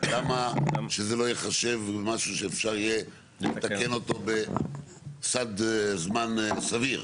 למה שזה לא ייחשב משהו שאפשר לתקן אותו בסד זמן סביר?